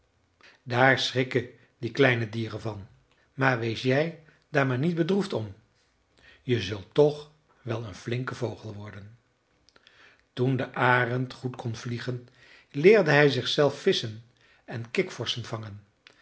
daar schrikken die kleine dieren van maar wees jij daar maar niet bedroefd om je zult toch wel een flinke vogel worden toen de arend goed kon vliegen leerde hij zichzelf visschen en kikvorschen vangen